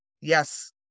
yes